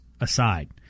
aside